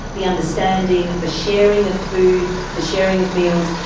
the understanding, the sharing of food, the sharing of meals,